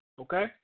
okay